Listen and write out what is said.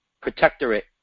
protectorate